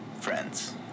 friends